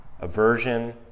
aversion